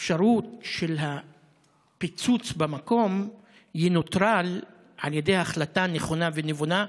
האפשרות של פיצוץ במקום תנוטרל על ידי החלטה נכונה ונבונה.